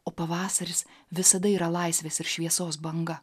o pavasaris visada yra laisvės ir šviesos banga